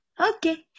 okay